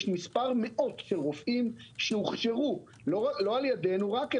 יש מספר מאות של רופאים שהוכשרו לא על ידינו רק,